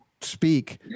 speak